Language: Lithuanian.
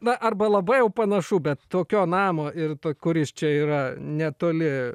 na arba labai jau panašu bet tokio namo ir to kuris čia yra netoli